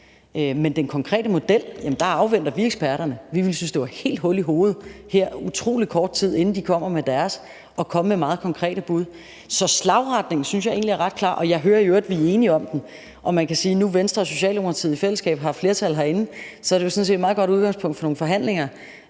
til den konkrete model afventer vi eksperterne. Vi synes, det ville være helt hul i hovedet, her utrolig kort tid inden de kommer med deres bud, at komme med meget konkrete bud. Slagretningen synes jeg egentlig er ret klar, og jeg hører i øvrigt, at vi er enige om den. Og man kan sige, at nu, hvor Venstre og Socialdemokratiet i fællesskab har flertal herinde, er det jo sådan set et meget godt udgangspunkt for nogle forhandlinger,